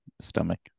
stomach